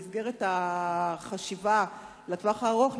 במסגרת החשיבה לטווח הארוך,